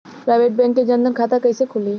Private bank मे जन धन खाता कैसे खुली?